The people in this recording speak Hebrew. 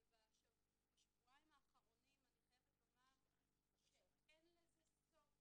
אבל בשבועיים האחרונים אני חייבת לומר שאין לזה סוף.